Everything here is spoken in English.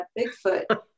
Bigfoot